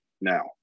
now